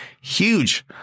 huge